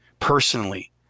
personally